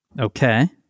Okay